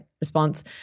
response